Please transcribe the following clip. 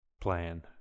plan